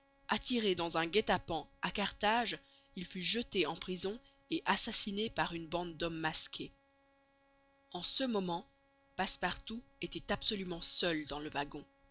attiré dans un guet-apens à carthage il fut jeté en prison et assassiné par une bande d'hommes masqués en ce moment passepartout était absolument seul dans le wagon